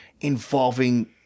involving